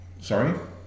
Sorry